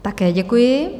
Také děkuji.